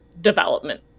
development